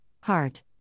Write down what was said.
heart